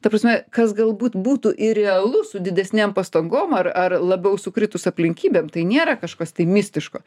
ta prasme kas galbūt būtų ir realu su didesnėm pastangom ar ar labiau sukritus aplinkybėm tai nėra kažkas tai mistiško